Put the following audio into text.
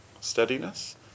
steadiness